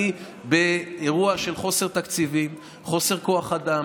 אני באירוע של חוסר תקציבים, חוסר כוח אדם,